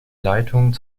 leitung